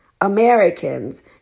Americans